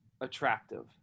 attractive